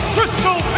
Crystal